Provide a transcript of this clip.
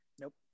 Nope